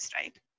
right